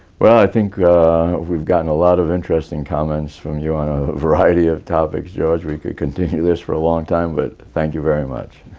well, i think we've gotten a lot of interesting comments from you on a variety of topics, george. we could continue this for a long time, but thank you very much.